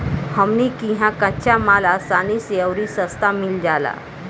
हमनी किहा कच्चा माल असानी से अउरी सस्ता मिल जाला